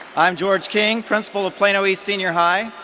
i'm george king, principal of plano east senior high.